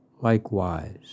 likewise